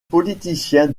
politiciens